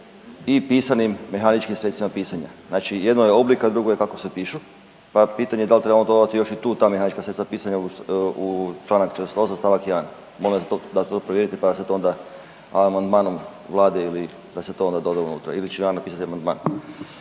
i pisanim mehaničkim sredstvima pisanja, znači jedno je oblik, a drugo je kako se pišu, pa pitanje dal trebamo to dodati još i tu ta mehanička sredstva pisanja u čl. 48. st. 1., molim vas da to, da to provjerite, pa da se to onda amandmanom vlade ili da se to onda doda unutra ili ću ja napisat amandman.